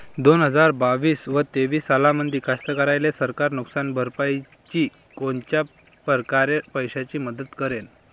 दोन हजार बावीस अस तेवीस सालामंदी कास्तकाराइले सरकार नुकसान भरपाईची कोनच्या परकारे पैशाची मदत करेन?